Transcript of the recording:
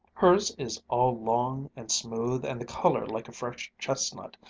hers is all long and smooth, and the color like a fresh chestnut,